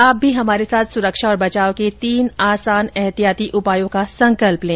आप भी हमारे साथ सुरक्षा और बचाव के तीन आसान एहतियाती उपायों का संकल्प लें